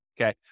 Okay